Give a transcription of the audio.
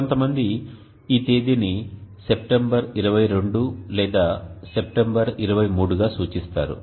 కొంతమంది ఈ తేదీని సెప్టెంబర్ 22 లేదా సెప్టెంబర్ 23 గా సూచిస్తారు